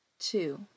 Two